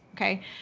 Okay